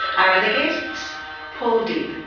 our other guests paul dibb,